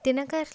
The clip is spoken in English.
thinakar